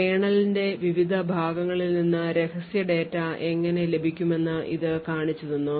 kernel ന്റെ വിവിധ ഭാഗങ്ങളിൽ നിന്ന് രഹസ്യ ഡാറ്റ എങ്ങനെ ലഭിക്കുമെന്ന് ഇത് കാണിച്ചുതന്നു